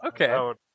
Okay